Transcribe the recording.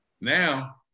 Now